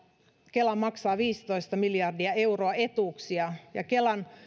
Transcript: kela maksaa viisitoista miljardia euroa etuuksia ja kelan